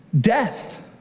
death